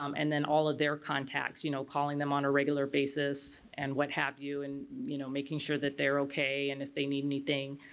um and then all of their contacts. you know calling them on a regular basis and what have you and you know making sure that they're okay and if they need anything.